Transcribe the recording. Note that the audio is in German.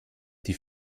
die